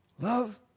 Love